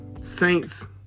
Saints